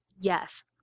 Yes